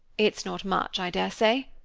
it's not much, i dare say.